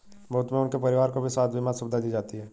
मुफ्त में उनके परिवार को भी स्वास्थ्य बीमा सुविधा दी जाती है